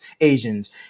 Asians